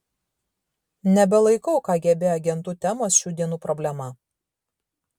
nebelaikau kgb agentų temos šių dienų problema